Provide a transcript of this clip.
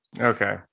Okay